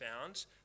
found